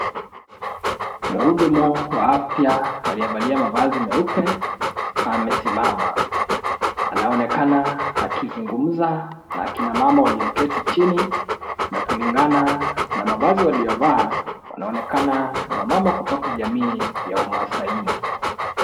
Mhudumu wa afya , aliyevalia mavazi meupe, amesimama . Anaonekana akizungumza na kina mama walioketi chini na kulingana na mavazi waliyo vaa wanaonekana ni wamama kutoka jamii ya umasaini.